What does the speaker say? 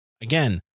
Again